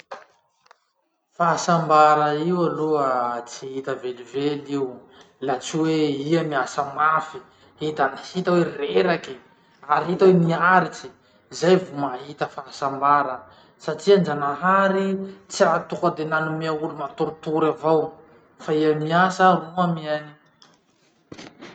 Fahasambara aloha laha aminakahy tsy hita laha tsy mijalijaly heky- mijalijaly tseky zay vao sambatsy amizay lafa bakeo iny.